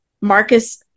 marcus